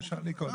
אז תשאלי קודם.